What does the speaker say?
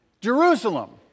Jerusalem